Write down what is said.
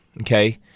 okay